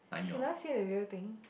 she last year with you think